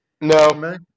No